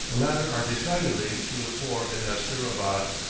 the latter are decidedly to the fore in asterabad.